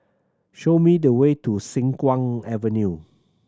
show me the way to Siang Kuang Avenue